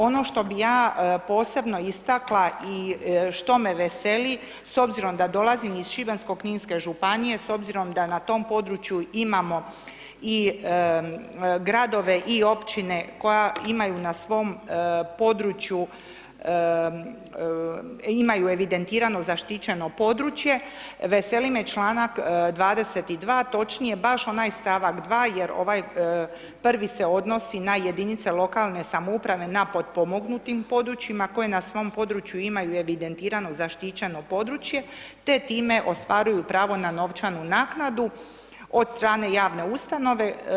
Ono što bi ja posebno istakla i što me veseli s obzirom da dolazim iz Šibensko-kninske županije, s obzirom da na tom području imamo i gradove i općine koja imaju na svom području, imaju evidentirano zaštićeno područje, veseli me članak 22. točnije baš onaj stavak 2. jer ovaj prvi se odnosi na jedinice lokalne samouprave na potpomognutim područjima, koje na svom području imaju evidentirano zaštićeno područje, te time ostvaruju pravo na novčanu naknadu od strane javne ustanove.